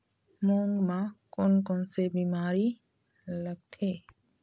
मूंग म कोन कोन से बीमारी लगथे?